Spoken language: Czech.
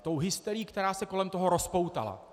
Tou hysterií, která se kolem toho rozpoutala.